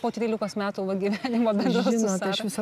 po trylikos metų va gyvenimo bendro su sara